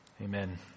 Amen